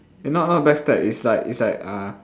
eh not not backstab it's like is like uh